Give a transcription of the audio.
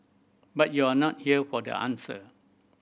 but you're not here for the answer